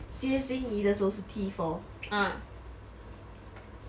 接 xin yi 的时候是 T four